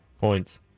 Points